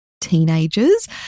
teenagers